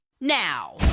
now